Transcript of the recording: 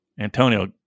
Antonio